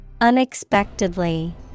unexpectedly